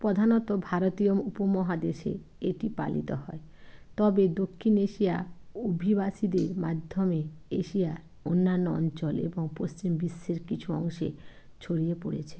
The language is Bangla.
প্রধানত ভারতীয় উপমহাদেশে এটি পালিত হয় তবে দক্ষিণ এশিয়া অভিবাসীদের মাধ্যমে এশিয়ার অন্যান্য অঞ্চল এবং পশ্চিম বিশ্বের কিছু অংশে ছড়িয়ে পড়েছে